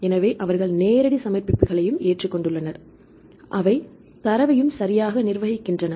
எனவே அவர்கள் நேரடி சமர்ப்பிப்புகளையும் ஏற்றுக்கொள்கிறார்கள் அவை தரவையும் சரியாக நிர்வகிக்கின்றன